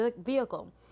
vehicle